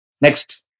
Next